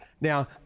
Now